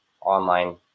online